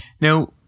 Now